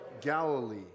Galilee